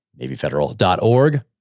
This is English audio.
Navyfederal.org